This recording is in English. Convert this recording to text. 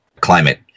climate